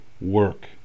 work